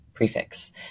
prefix